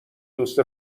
دوست